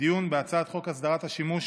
לדיון בהצעת חוק הסדרת השימוש